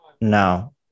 No